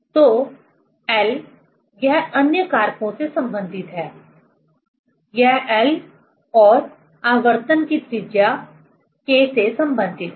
तो L यह अन्य कारकों से संबंधित है यह L और आवर्तन की त्रिज्या K से संबंधित है